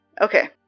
Okay